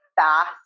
fast